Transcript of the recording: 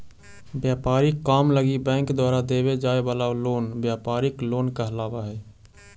व्यापारिक काम लगी बैंक द्वारा देवे जाए वाला लोन व्यापारिक लोन कहलावऽ हइ